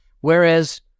Whereas